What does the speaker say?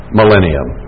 millennium